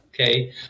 Okay